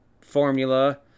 formula